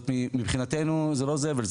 מבחינתנו זה לא זבל,